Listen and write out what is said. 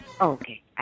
Okay